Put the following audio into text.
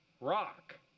rock